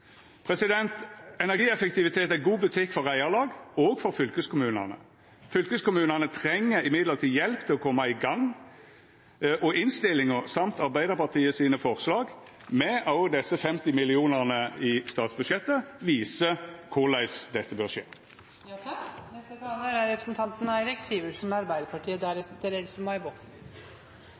Energieffektivitet er god butikk for reiarlag og for fylkeskommunane. Fylkeskommunane treng likevel hjelp til å koma i gang, og innstillinga og Arbeidarpartiet sine forslag, med òg desse 50 mill. kr i statsbudsjettet, viser korleis dette bør skje.